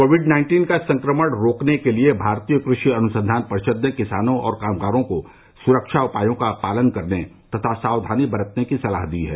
Covid nineteen का संक्रमण रोकने के लिए भारतीय कृषि अनुसंधान परिषद ने किसानों और कामगारों को सुरक्षा उपायों का पालन करने तथा साक्षानी बरतने की सलाह दी है